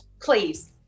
please